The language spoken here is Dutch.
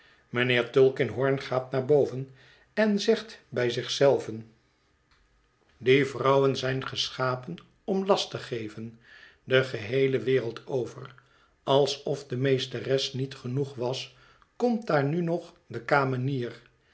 mijnheer tulkinghorn gaat naar boven en zegt bij zich zelven die vrouwen zijn geschapen om last te geven de geheele wereld over alsof de meesteres niet genoeg was komt daar nu nog de kamenier